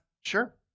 Sure